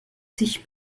sich